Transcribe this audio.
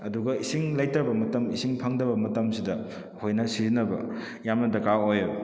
ꯑꯗꯨꯒ ꯏꯁꯤꯡ ꯂꯩꯇꯕ ꯃꯇꯝ ꯏꯁꯤꯡ ꯐꯪꯗꯕ ꯃꯇꯝꯁꯤꯗ ꯑꯩꯈꯣꯏꯅ ꯁꯤꯖꯤꯟꯅꯕ ꯌꯥꯝꯅ ꯗꯔꯀꯥꯔ ꯑꯣꯏꯑꯦꯕ